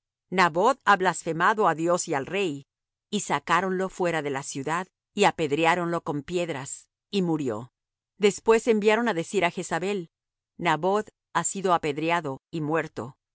naboth ha blasfemado á dios y al rey y sacáronlo fuera de la ciudad y apedreáronlo con piedras y murió después enviaron á decir á jezabel naboth ha sido apedreado y muerto